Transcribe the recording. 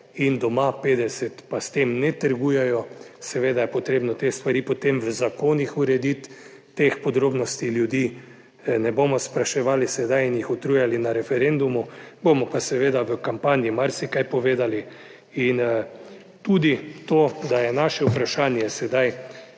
in doma 50 pa s tem ne trgujejo. Seveda je potrebno te stvari potem v zakonih urediti; teh podrobnosti ljudi ne bomo spraševali sedaj in jih utrujali na referendumu bomo pa seveda v kampanji marsikaj povedali. In tudi to, da je naše vprašanje sedaj